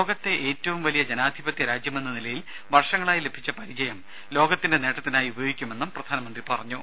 ലോകത്തെ ഏറ്റവും വലിയ ജനാധിപത്യ രാജ്യമെന്ന നിലയിൽ വർഷങ്ങളായി ലഭിച്ച പരിചയം ലോകത്തിന്റെ നേട്ടത്തിനായി ഉപയോഗിക്കുമെന്നും പ്രധാനമന്ത്രി പറഞ്ഞു